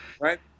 Right